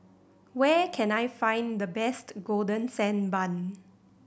where can I find the best Golden Sand Bun